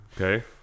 Okay